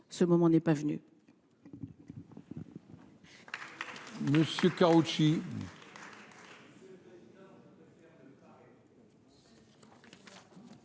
ce moment n’est pas venu.